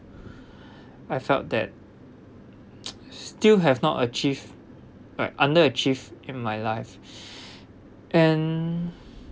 I felt that still have not achieve like underachieve in my life and